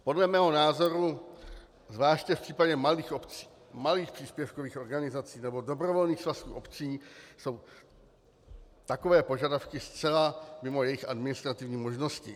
Podle mého názoru zvláště v případě malých příspěvkových organizací nebo dobrovolných svazků obcí jsou takové požadavky zcela mimo jejich administrativní možnosti.